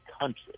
country